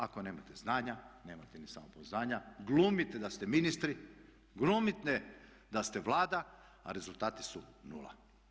Ako nemate znanja, nemate ni samopouzdanja, glumite da ste ministri, glumite da ste vlada a rezultati su nula.